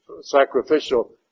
sacrificial